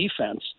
defense